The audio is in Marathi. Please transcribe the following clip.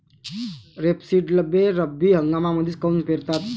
रेपसीडले रब्बी हंगामामंदीच काऊन पेरतात?